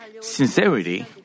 sincerity